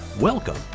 Welcome